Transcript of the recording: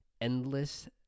endless